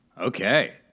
Okay